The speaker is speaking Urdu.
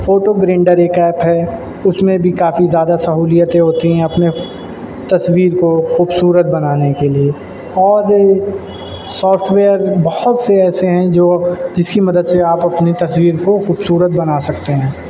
فوٹو گرنڈر ایک ایپ ہے اس میں بھی کافی زیادہ سہولیتیں ہوتی ہیں اپنے تصویر کو خوبصورت بنانے کے لیے اور سافٹویئر بہت سے ایسے ہیں جو جس کی مدد سے آپ اپنی تصویر کو خوبصورت بنا سکتے ہیں